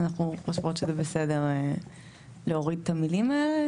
אנחנו חושבות שזה בסדר להוריד את המילים האלה.